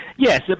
Yes